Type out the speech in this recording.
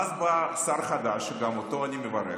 ואז בא שר חדש, גם אותו אני מברך